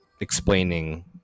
explaining